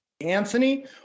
Anthony